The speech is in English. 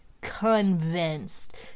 convinced